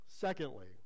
Secondly